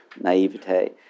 naivete